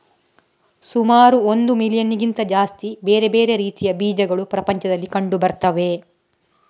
ಸುಮಾರು ಒಂದು ಮಿಲಿಯನ್ನಿಗಿಂತ ಜಾಸ್ತಿ ಬೇರೆ ಬೇರೆ ರೀತಿಯ ಬೀಜಗಳು ಪ್ರಪಂಚದಲ್ಲಿ ಕಂಡು ಬರ್ತವೆ